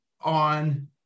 on